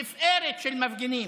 תפארת של מפגינים,